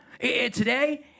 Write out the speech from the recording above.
today